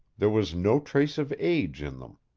there was no trace of age in them.